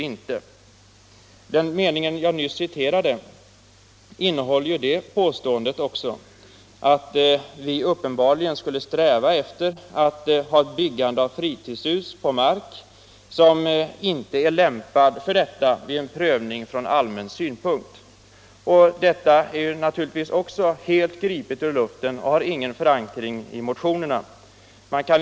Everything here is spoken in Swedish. För det andra innehåller den mening som jag nyss citerade också det påståendet att vi uppenbarligen skulle sträva efter ett byggande av fritidshus på mark som inte är lämpad för detta vid en prövning från allmän synpunkt. Det är naturligtvis också helt gripet ur luften och har ingen förankring i motionerna.